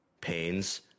pains